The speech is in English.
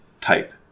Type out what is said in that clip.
type